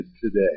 today